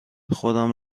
خودم